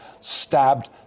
stabbed